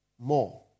more